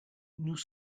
nous